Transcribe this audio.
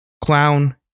Clown